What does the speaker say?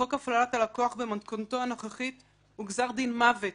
חוק הפללת הלקוח במתכונתו הנוכחית הוא גזר דין מוות